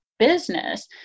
Business